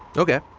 okay!